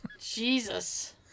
Jesus